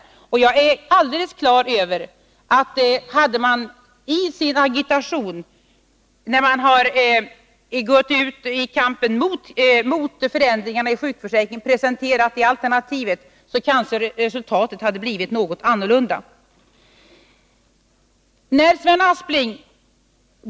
Jag är helt på det klara med att hade man i sin agitation — när man gick ut i kampen mot förändringarna i sjukförsäkringen — presenterat sitt alternativ, kanske resultatet hade blivit något annorlunda.